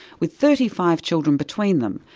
with thirty five children between them,